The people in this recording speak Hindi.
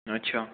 अच्छा